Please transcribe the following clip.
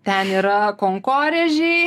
ten yra konkorėžiai